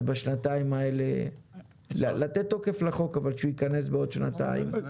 אז בשנתיים האלה אפשר לתת תוקף לחוק אבל שהוא יכנס בעוד שנתיים.